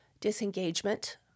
disengagement